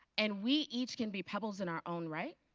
and we each can be pebbles in our own right